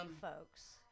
folks